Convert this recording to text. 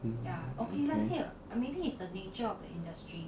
okay